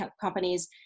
companies